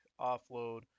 offload